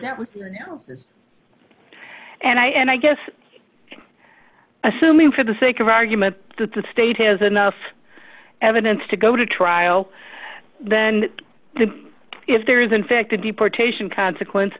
down and i and i guess assuming for the sake of argument that the state has enough evidence to go to trial then if there is in fact a deportation consequence